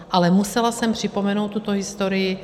Ale musela jsem připomenout tuto historii.